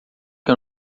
que